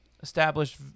established